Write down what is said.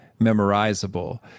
memorizable